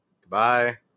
Goodbye